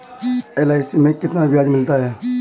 LIC में कितना ब्याज मिलता है?